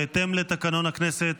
בהתאם לתקנון הכנסת,